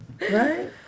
Right